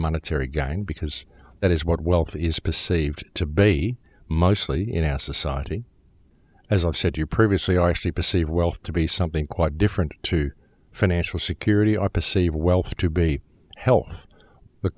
monetary guying because that is what wealth is perceived to be mostly in as society as i've said you previously are actually perceive wealth to be something quite different to financial security opposite of wealth to be healthy the